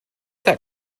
that